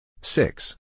Six